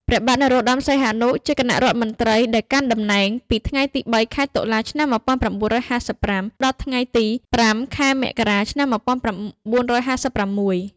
ព្រះបាទនរោត្តម សីហនុជាគណៈរដ្ឋមន្ត្រីដែលកាន់តំណែងពីថ្ងៃទី ៣ ខែតុលា ឆ្នាំ១៩៥៥ ដល់ ថ្ងៃទី៥ ខែមករា ឆ្នាំ១៩៥៦។